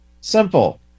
simple